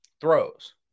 throws